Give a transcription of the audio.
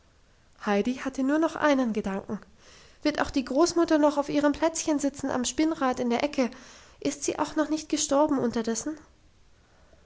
heidi hatte nur noch einen gedanken wird auch die großmutter noch auf ihrem plätzchen sitzen am spinnrad in der ecke ist sie auch nicht gestorben unterdessen